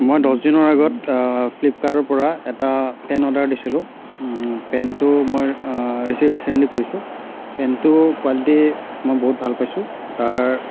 মই দছদিনৰ আগত ফ্লিপকাৰ্টৰ পৰা এটা পেণ্ট অৰ্ডাৰ দিছিলোঁ পেণ্টটো মই ৰিচিভ ৰিচেণ্টলি কৰিছোঁ পেণ্টটোৰ কোৱালিটি মই বহুত ভাল পাইছোঁ তাৰ